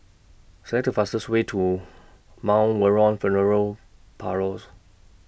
Select The fastest Way to Mount Vernon Funeral Parlours